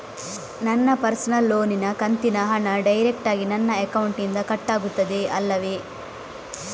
ನನ್ನ ಪರ್ಸನಲ್ ಲೋನಿನ ಕಂತಿನ ಹಣ ಡೈರೆಕ್ಟಾಗಿ ನನ್ನ ಅಕೌಂಟಿನಿಂದ ಕಟ್ಟಾಗುತ್ತದೆ ಅಲ್ಲವೆ?